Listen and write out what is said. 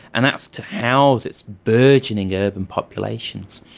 and that's to house its burgeoning ah urban populations.